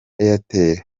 airtel